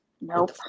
Nope